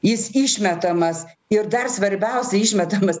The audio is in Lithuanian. jis išmetamas ir dar svarbiausia išmetamas